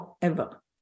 forever